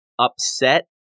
upset